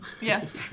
Yes